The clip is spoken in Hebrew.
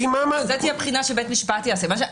זאת תהיה בחינה שבית משפט יעשה.